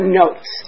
notes